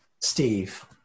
Steve